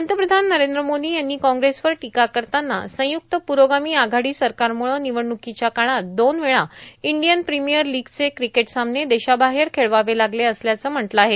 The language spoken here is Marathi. पंतप्रधान नरद्र मोदां यांनी कॉग्रेसवर टोका करतांना संयुक्त प्रोगामी आघाडी सरकारम्ळं र्निवडण्कांच्या काळात दोन वेळा ईंडयन प्रीामयर लोंगचे क्रिकेट सामने देशाबाहेर खेळवावे लागले असल्याचं म्हटलं आहे